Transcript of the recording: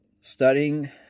studying